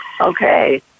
Okay